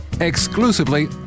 exclusively